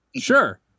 sure